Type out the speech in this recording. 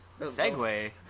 segue